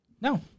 No